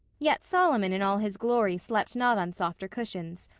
yet solomon in all his glory slept not on softer cushions,